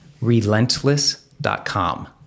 Relentless.com